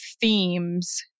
themes